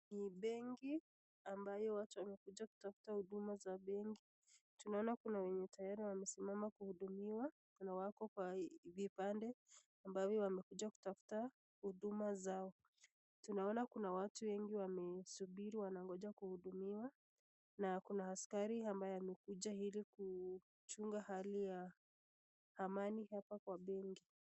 Ni benki ambayo watu wamekuja kutafuta huduma za benki. Tunaona kuna wenye tayari wamesimana kuhudumiwa na wako kwa vibande ambavyo wamekuja kutafuta huduma za benki. Tunaona kuna watu wengi wamesubiri wanangoja kuhudumiwa na akuna askari ambaye amekuja ili kuchunga hali ya amani hapa kwa benki.